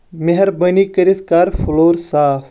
مہربٲنی کٔرِتھ کر فُلور صاف